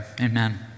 amen